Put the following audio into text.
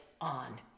on